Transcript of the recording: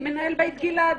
מנהל בית גלעד,